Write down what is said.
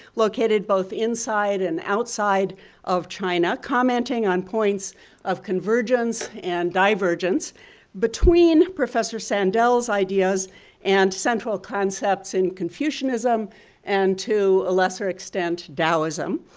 located both inside and outside of china. commenting on points of convergence and divergence between professor sandel's ideas and central concepts in confucianism and to a lesser extent, taoism.